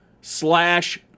slash